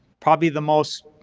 probably the most